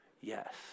Yes